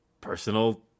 personal